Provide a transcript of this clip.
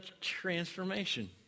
transformation